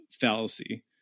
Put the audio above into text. fallacy